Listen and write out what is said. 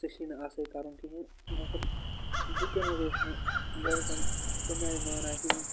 ژےٚ چھی نہٕ اَتھ سۭتۍ کَرُن کِہیٖنۍ مگر بہٕ تہِ نہ حظ اوس نہٕ گَرِکٮ۪ن تَمہِ آیہِ مانان کِہیٖنۍ